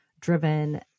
driven